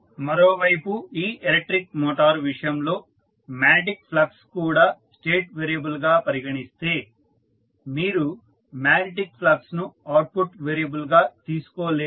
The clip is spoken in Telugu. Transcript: మరోవైపు ఈ ఎలక్ట్రిక్ మోటారు విషయంలో మాగ్నెటిక్ ఫ్లక్స్ కూడా స్టేట్ వేరియబుల్ గా పరిగణిస్తే మీరు మాగ్నెటిక్ ఫ్లక్స్ ను అవుట్పుట్ వేరియబుల్గా తీసుకోలేరు